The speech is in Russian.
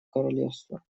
королевство